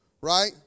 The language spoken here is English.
right